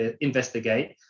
investigate